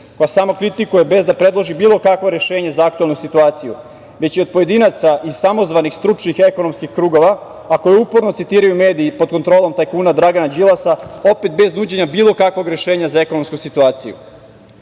koja samo kritikuje bez da predloži bilo kakvo rešenje za aktuelnu situaciju, već i od pojedinaca i samozvanih stručnih ekonomskih krugova, a koje upravo citiraju mediji pod kontrolom tajkuna Dragana Đilasa opet bez nuđenja bilo kakvog rešenja za ekonomsku situaciju. Na